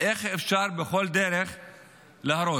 איך אפשר בכל דרך להרוס.